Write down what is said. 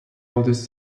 oldest